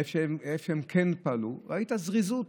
איפה שהן כן פעלו, ראית זריזות.